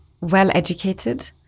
well-educated